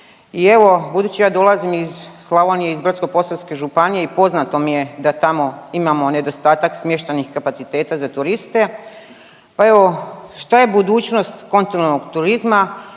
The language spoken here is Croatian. i evo budući ja dolazim iz Slavonije iz Brodsko-posavske županije i poznato mi je da tamo imamo nedostatak smještajnih kapaciteta za turiste. Pa evo što je budućnost kontinentalnog turizma?